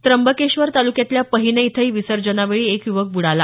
त्र्यंबकेश्वर तालुक्यातल्या पहिने इथंही विजर्सनावेळी एक युवक बुडाला